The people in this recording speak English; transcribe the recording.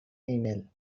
email